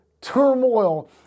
turmoil